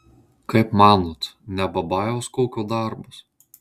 kaip manot ne babajaus kokio darbas